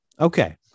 Okay